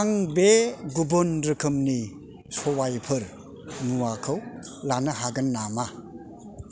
आं बे गुबुन रोखोमनि सबायफोर मुवाखौ लानो हागोन नामा